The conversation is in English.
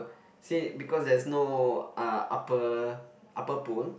see because there's uh no upper upper pole